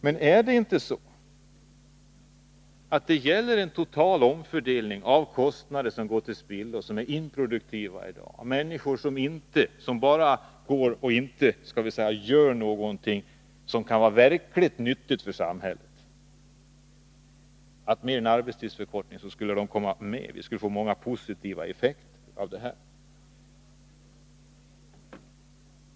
Men är det inte så att det gäller en total omfördelning av kostnader som går till spillo, som är improduktiva i form av människor som går och inte gör någonting men som kunde vara verkligt nyttiga för samhället? Med en arbetstidsförkortning skulle de komma med, och vi skulle få många positiva effekter.